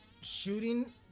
shooting